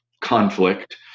conflict